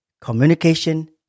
communication